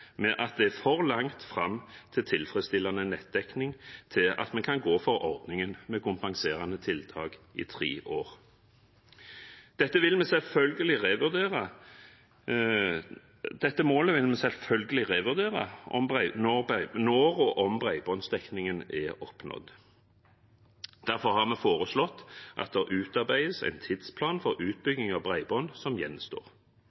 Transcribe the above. med at det er for langt fram til tilfredsstillende nettdekning til at vi kan gå for ordningen med kompenserende tiltak i tre år. Dette målet vil vi selvfølgelig revurdere når og om bredbåndsdekningen er oppnådd. Derfor har vi foreslått at det utarbeides en tidsplan for